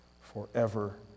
forever